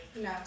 No